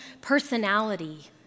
personality